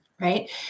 Right